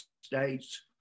states